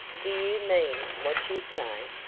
do you mean what you say?